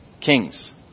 kings